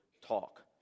talk